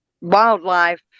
wildlife